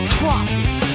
crosses